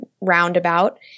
roundabout